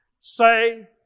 say